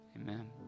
Amen